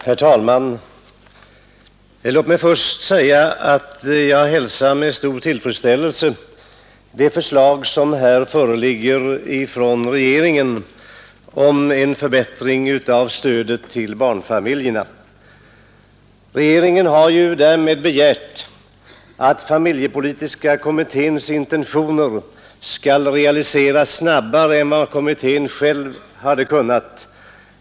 Herr talman! Låt mig först säga att jag med stor tillfredsställelse hälsar det förslag som här föreligger från regeringen om en förbättring av stödet till barnfamiljerna. Regeringen har ju därmed begärt att familjepolitiska kommitténs intentioner skall realiseras snabbare än vad kommittén själv hade kunnat.